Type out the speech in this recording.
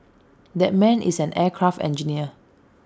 that man is an aircraft engineer